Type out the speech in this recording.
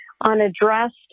Unaddressed